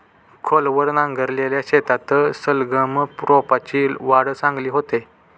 खोलवर नांगरलेल्या शेतात सलगम रोपांची वाढ चांगली होते